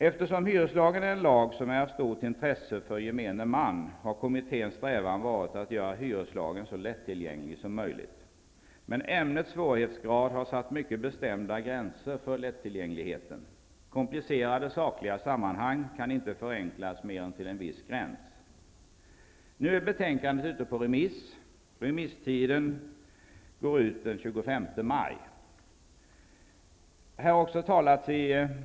Eftersom hyreslagen är en lag som är av stort intresse för gemene man, har kommitténs strävan varit att göra hyreslagen så lättillgänglig som möjligt. Men ämnets svårighetsgrad har satt mycket bestämda gränser för lättillgängligheten. Komplicerade sakliga sammanhang kan inte förenklas mer än till en viss gräns. Nu är betänkandet ute på remiss. Remisstiden går ut den 25 maj.